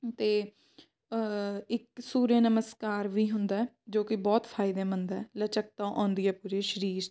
ਅਤੇ ਇੱਕ ਸੂਰਯ ਨਮਸਕਾਰ ਵੀ ਹੁੰਦਾ ਜੋ ਕਿ ਬਹੁਤ ਫਾਇਦੇਮੰਦ ਹੈ ਲਚਕਤਾ ਆਉਂਦੀ ਹੈ ਪੂਰੇ ਸਰੀਰ